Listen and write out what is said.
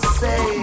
say